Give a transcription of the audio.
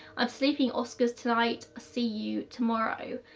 i'm sleeping oscars tonight see you tomorrow,